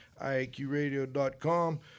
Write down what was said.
iaqradio.com